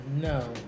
no